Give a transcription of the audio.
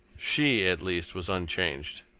she, at least, was unchanged.